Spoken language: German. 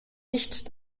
nicht